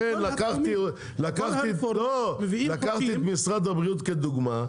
לכן לקחתי את משרד הבריאות כדוגמה,